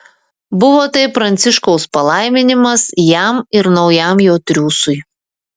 buvo tai pranciškaus palaiminimas jam ir naujam jo triūsui